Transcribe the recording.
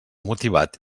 motivat